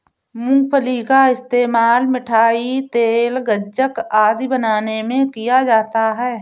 मूंगफली का इस्तेमाल मिठाई, तेल, गज्जक आदि बनाने में किया जाता है